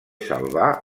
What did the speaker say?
salvar